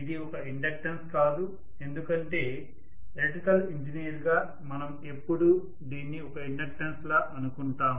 ఇది ఒక ఇండక్టెన్స్ కాదు ఎందుకంటే ఎలక్ట్రికల్ ఇంజనీర్గా మనం ఎప్పుడూ దీన్ని ఒక ఇండక్టెన్స్ లా అనుకుంటాం